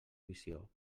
visió